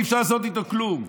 אי-אפשר לעשות איתו כלום.